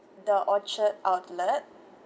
the orchard outlet